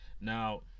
Now